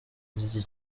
z’iki